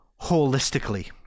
holistically